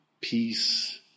peace